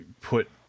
put